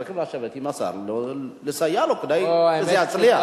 צריכים לשבת עם השר ולסייע לו כדי שזה יצליח.